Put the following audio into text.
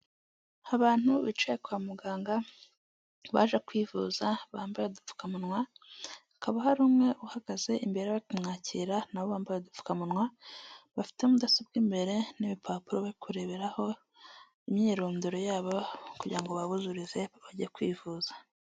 Abantu bicaye kwa muganga baje kwivuza bambaye udupfukamunwa, hakaba hari umwe uhagaze imbere y'abari kumwakira na bo bambaye udupfukamunwa, bafite mudasobwa imbere n'ibipapuro bari kureberaho imyirondoro yabo kugira ngo babuzurize bajye kwivuza.